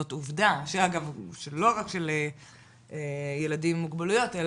זאת עובדה שאגב שלא רק של ילדים עם מוגבלויות.